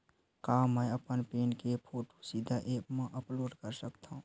का मैं अपन पैन के फोटू सीधा ऐप मा अपलोड कर सकथव?